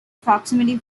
proximity